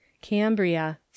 Cambria